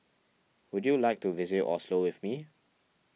would you like to visit Oslo with me